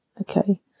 okay